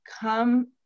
come